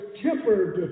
tempered